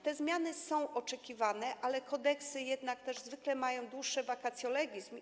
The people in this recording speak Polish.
Te zmiany są oczekiwane, ale kodeksy jednak też zwykle mają dłuższe vacatio legis.